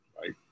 right